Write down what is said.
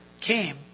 came